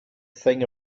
thing